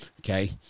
Okay